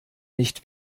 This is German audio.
nicht